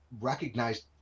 recognized